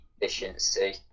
efficiency